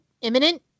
Imminent